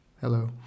Hello